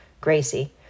Gracie